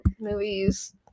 movies